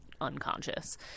unconscious